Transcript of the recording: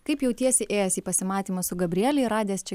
kaip jautiesi ėjęs į pasimatymą su gabriele ir radęs čia